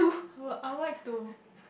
I would I would like to